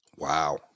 Wow